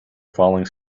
falling